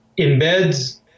embeds